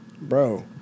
Bro